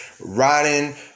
riding